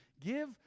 Give